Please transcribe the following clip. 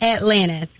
Atlanta